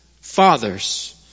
fathers